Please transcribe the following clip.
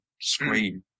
screen